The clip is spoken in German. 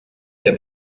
der